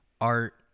art